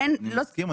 אני מסכים.